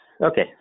Okay